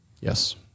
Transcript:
Yes